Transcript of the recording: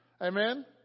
Amen